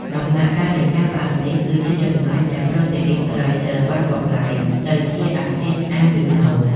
ដំណាក់កាល នៃការផ្អាប់នេះគឺជាចំណុចដែលប្រូតេអ៊ីនត្រីត្រូវបានបំប្លែងទៅជា អាស៊ីតអាមីណូ។